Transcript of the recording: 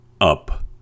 up